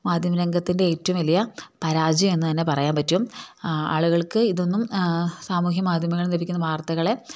മാധ്യമ രംഗത്തിൻ്റെ ഏറ്റവും വലിയ പരാജയം എന്ന് തന്നെ പറയാൻ പറ്റും ആളുകൾക്ക് ഇതൊന്നും സാമൂഹ്യ മാധ്യമങ്ങൾ ഇന്ന് ലഭിക്കുന്ന വാർത്തകളെ